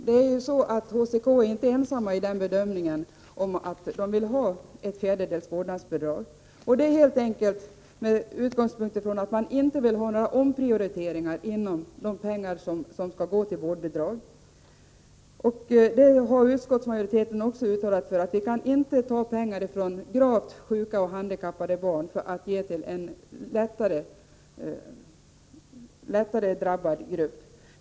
Herr talman! HCK är inte ensamma om bedömningen att det är bra med ett fjärdedels vårdbidrag. Handikapporganisationerna är ense om att inte vilja ha några omprioriteringar av de pengar som utgår som vårdbidrag. Utskottsmajoriteten har också uttalat att man inte kan ta pengar från gravt sjuka och handikappade barn för att ge till en lättare drabbad grupp.